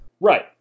Right